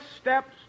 steps